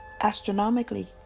astronomically